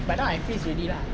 but now increase already lah